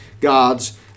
gods